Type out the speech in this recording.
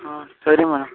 ಹಾಂ ಸರಿ ಮೇಡಮ್